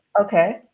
Okay